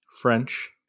French